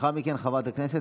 ראשון הדוברים, חבר הכנסת